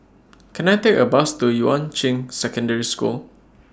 Can I Take A Bus to Yuan Ching Secondary School